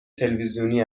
تلویزیونی